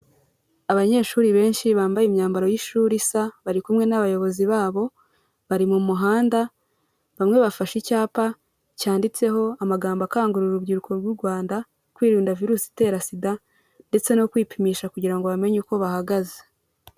Abanyeshuri benshi bambaye imyambaro y'ishuri isa, bari kumwe n'abayobozi babo bari mu muhanda bamwe bafashe icyapa cyanditseho amagambo akangurarira urubyiruko rw'u Rwanda kwirinda virusi itera sida, ndetse no kwipimisha kugira ngo bamenye uko bahagaze.